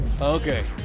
Okay